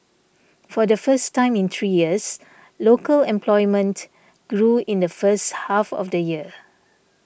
for the first time in three years local employment grew in the first half of the year